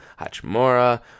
Hachimura